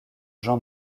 jean